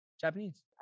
Japanese